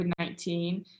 COVID-19